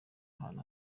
ahantu